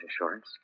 insurance